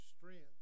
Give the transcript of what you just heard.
strength